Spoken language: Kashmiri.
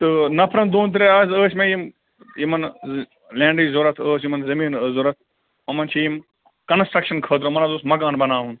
تہٕ نَفرَن دۄن ترٛیٚن حظ ٲسۍ مےٚ یِم یِمَن لینٛڈٕچ ضوٚرَتھ ٲس یِمَن زٔمیٖن ٲس ضوٚرَتھ إمَن چھِ یِم کَنسٹرٛکشَن خٲطرٕ یِمَن حظ اوس مَکان بَناوُن